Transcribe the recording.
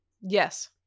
Yes